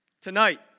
Tonight